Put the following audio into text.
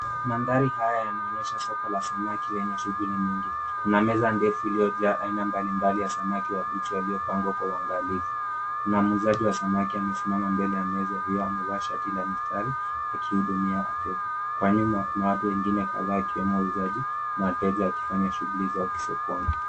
Maandhari haya yanaonyesha soko la samaki lenye shughuli mingi, kuna meza ndefu iliyojaa aina mbali mbali za samaki wabichi waliopangwa kwa uangali fu kuna muuzaji wa samaki amesimama mbele ya meza hiyo amevaa shati la msitari akihudumia wateja kwani kuna watu wengine ikiwemo wauzaji waliojaa wakifanya shughuli zao za kisokoni.